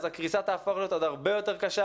אז הקריסה תהפוך להיות עוד הרבה יותר קשה,